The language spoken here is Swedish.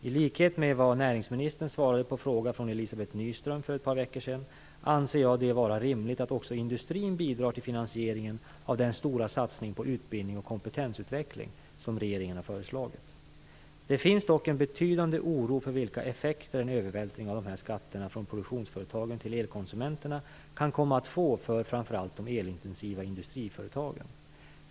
I likhet med vad näringsministern svarade på en fråga från Elizabeth Nyström för ett par veckor sedan anser jag det vara rimligt att också industrin bidrar till finansieringen av den stora satsning på utbildning och kompetensutveckling som regeringen har föreslagit. Det finns dock en betydande oro för vilka effekter en övervältring av dessa skatter från produktionsföretagen till elkonsumenterna kan komma att få för framför allt de elintensiva industriföretagen.